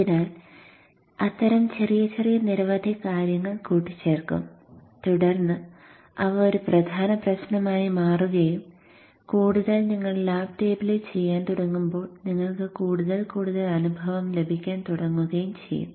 അതിനാൽ അത്തരം ചെറിയ ചെറിയ നിരവധി കാര്യങ്ങൾ കൂട്ടിച്ചേർക്കും തുടർന്ന് അവ ഒരു പ്രധാന പ്രശ്നമായി മാറുകയും കൂടുതൽ നിങ്ങൾ ലാബ് ടേബിളിൽ ചെയ്യാൻ തുടങ്ങുമ്പോൾ നിങ്ങൾക്ക് കൂടുതൽ കൂടുതൽ അനുഭവം ലഭിക്കാൻ തുടങ്ങുകയും ചെയ്യും